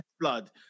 blood